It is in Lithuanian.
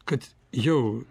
kad jau